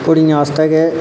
कुड़ियें आस्तै गै